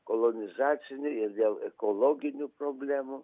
kolonizacinių ir dėl ekologinių problemų